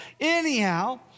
anyhow